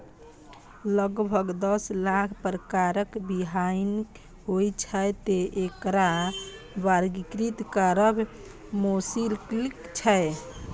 लगभग दस लाख प्रकारक बीहनि होइ छै, तें एकरा वर्गीकृत करब मोश्किल छै